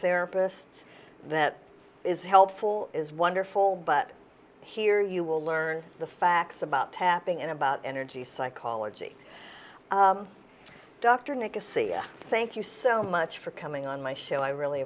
therapists that is helpful is wonderful but here you will learn the facts about tapping in about energy psychology dr nicosia thank you so much for coming on my show i really